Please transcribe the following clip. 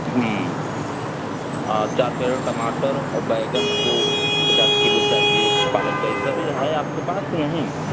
और चार कैरेट टमाटर और बैंगन हमको पचास किलो चाहिए पालक चाहिए सभी है आपके पास कि नहीं